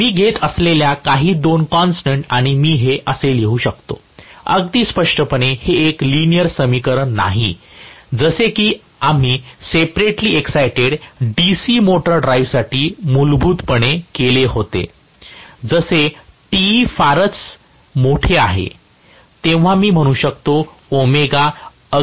मी घेत असलेल्या काही दोन कॉन्स्टन्ट आणि मी हे असे लिहू शकतो अगदी स्पष्टपणे हे एक लिनिअर समीकरण नाही जसे की आम्ही सेपरेटली एक्सायटेड DC मोटर ड्राईव्हसाठी मूलभूतपणे केले होते जसे Te फारच मोठे आहे तेव्हा मी म्हणू शकतोω अगदी लहान असेल